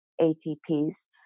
atps